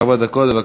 ארבע דקות, בבקשה.